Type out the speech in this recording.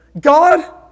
God